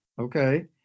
Okay